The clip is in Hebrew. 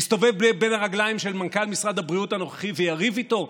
יסתובב בין הרגליים של מנכ"ל משרד הבריאות הנוכחי ויריב איתו?